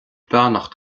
beannacht